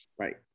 right